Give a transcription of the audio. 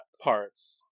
parts